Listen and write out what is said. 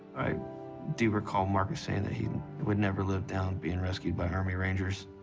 i do recall marcus saying that he would never live down being rescued by army rangers.